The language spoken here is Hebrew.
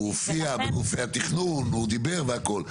הוא הופיע בגופי התכנון והוא דיבר והכול.